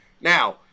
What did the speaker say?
Now